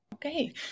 Okay